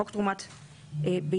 בחוק תרומת ביציות,